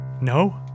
No